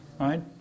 right